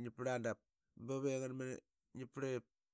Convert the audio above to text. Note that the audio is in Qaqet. ngi parl aa dap bup.